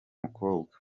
mukobwa